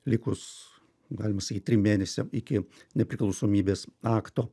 likus galima sakyt trims mėnesiam iki nepriklausomybės akto